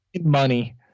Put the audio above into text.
Money